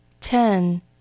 Ten